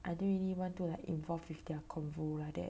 I don't really want to like involve with their convo like that